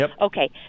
Okay